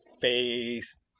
face